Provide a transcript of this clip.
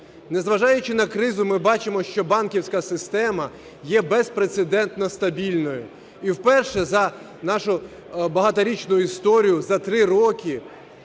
Незважаючи на кризу, ми бачимо, що банківська система є безпрецедентно стабільною. І вперше за нашу багаторічну історію за 3 роки